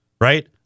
right